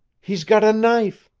he's got a knife!